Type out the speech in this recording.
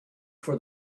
for